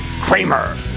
Kramer